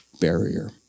barrier